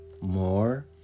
more